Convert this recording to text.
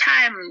time